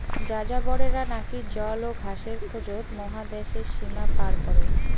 যাযাবরেরা নাকি জল ও ঘাসের খোঁজত মহাদ্যাশের সীমা পার করে